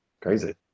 crazy